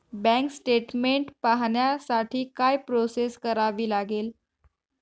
Bank statement पाहण्यासाठी काय process करावी लागेल?